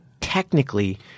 technically